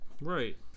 Right